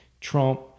Trump